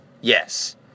Yes